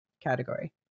category